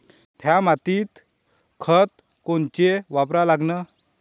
थ्या मातीत खतं कोनचे वापरा लागन?